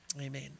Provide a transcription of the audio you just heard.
Amen